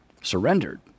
surrendered